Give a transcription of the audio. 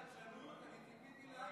אני לא שמעתי את